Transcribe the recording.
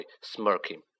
smirking